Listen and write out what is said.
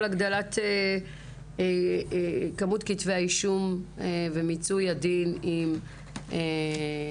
הגדלת כמות כתבי האישום ומיצוי הדין עם עבריינים.